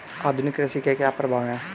आधुनिक कृषि के क्या प्रभाव हैं?